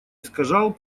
искажал